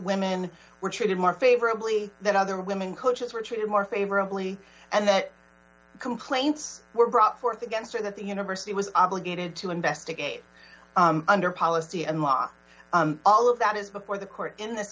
women were treated more favorably than other women coaches were treated more favorably and that complaints were brought forth against or that the university was obligated to investigate under policy and law all of that is before the court in th